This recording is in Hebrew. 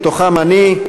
ובהם אני,